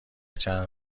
چند